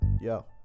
yo